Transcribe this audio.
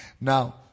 Now